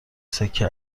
سکه